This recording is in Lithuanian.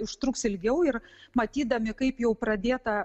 užtruks ilgiau ir matydami kaip jau pradėta